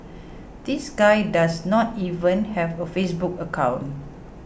this guy does not even have a Facebook account